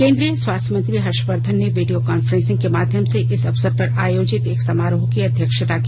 केंद्रीय स्वास्थ्य मंत्री हर्षवर्धन ने वीडियो कॉन्फ्रेंसिंग के माध्यम से इस अवसर पर आयोजित एक समारोह की अध्यक्षता की